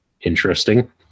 interesting